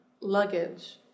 luggage